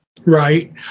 right